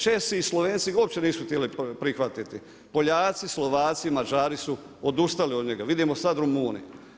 Česi i Slovenci uopće nisu htjeli prihvatiti, Poljaci, Slovaci, Mađari su odustali od njega, vidimo sad Rumunji.